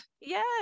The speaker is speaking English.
Yes